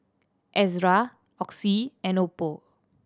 Ezerra Oxy and oppo